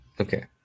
Okay